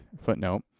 footnote